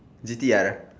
G T R